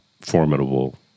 formidable